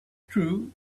true